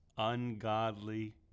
Ungodly